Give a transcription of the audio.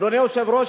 אדוני היושב-ראש,